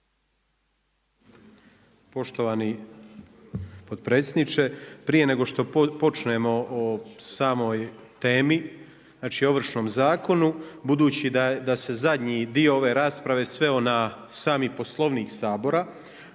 Poštovani potpredsjedniče, prije nego što počnemo o samoj temi znači Ovršnom zakonu, budući da se zadnji dio ove rasprave sveo na sami Poslovnik Sabora,